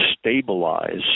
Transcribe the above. stabilize